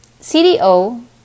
CDO